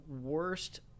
worst